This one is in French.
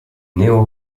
néo